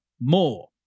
more